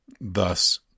thus